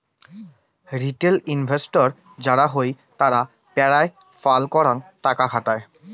retail investor যারা হই তারা পেরায় ফাল করাং টাকা খাটায়